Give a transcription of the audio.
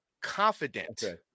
confident